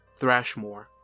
Thrashmore